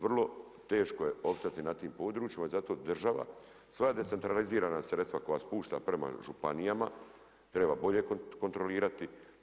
Vrlo teško je opstati na tim područjima zato država sva decentralizirana sredstva koja spušta prema županijama treba bolje kontrolirati.